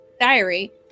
diary